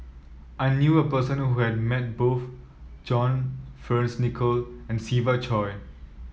I knew a person who has met both John Fearns Nicoll and Siva Choy